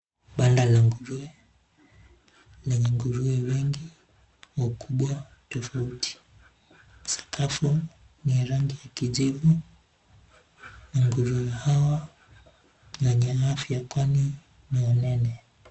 Banda la nguruwe lenye nguruwe wengi wa ukubwa tofauti, sakafu ni ya rangi ya kijivu na nguruwe hawa ni wenye afya kwani ni wanene.